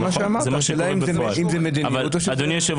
אדוני,